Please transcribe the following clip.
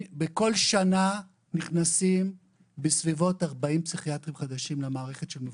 בכל שנה נכנסים בסביבות 40 פסיכיאטרים חדשים למערכת של מבוגר,